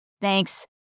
Thanks